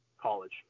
college